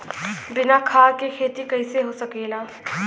बिना खाद के खेती कइसे हो सकेला?